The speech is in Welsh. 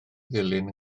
ddulyn